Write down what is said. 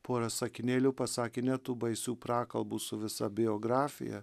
pora sakinėlių pasakė ne tų baisių prakalbų su visa biografija